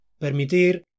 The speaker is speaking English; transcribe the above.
Permitir